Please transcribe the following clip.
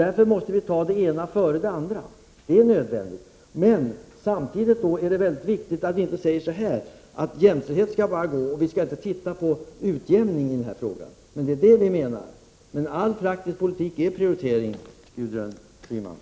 Det gör att det ena måste tas före det andra. Samtidigt är det viktigt att inte bara tala om jämställdhet utan också om utjämningar i arbetsvärderingshänseende. Men i all praktisk politik måste prioriteringar göras, Gudrun Schyman.